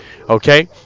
okay